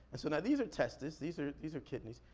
and so now these are testes, these are these are kidneys.